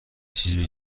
چیزی